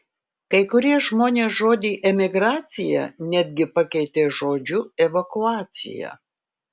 kai kurie žmonės žodį emigracija netgi pakeitė žodžiu evakuacija